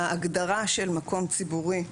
ההגדרה של מקום ציבורי,